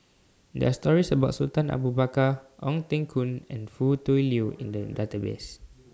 There Are stories about Sultan Abu Bakar Ong Teng Koon and Foo Tui Liew in The Database